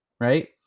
right